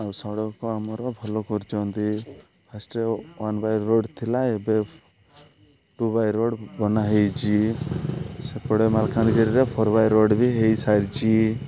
ଆଉ ସଡ଼କ ଆମର ଭଲ କରୁଛନ୍ତି ଫାଷ୍ଟରେ ୱାନ୍ ବାଇ ରୋଡ଼ ଥିଲା ଏବେ ଟୁ ବାଇ ରୋଡ଼ ବନା ହେଇଛି ସେପଟେ ମାଲକାନଗିରିରେ ଫୋର୍ ବାଇ ରୋଡ଼ ବି ହେଇସାରିଛି